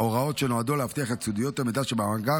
הוראות שנועדו להבטיח את סודיות המידע שבמאגר,